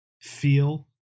feel